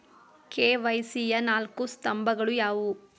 KYC ಯ ನಾಲ್ಕು ಸ್ತಂಭಗಳು ಯಾವುವು?